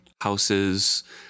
houses